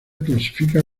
clasifica